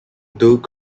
doug